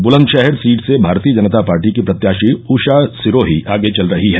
Bulandshahr seat से भारतीय जनता पार्टी की प्रत्याशी ऊषा सिरोही आगे चल रही हैं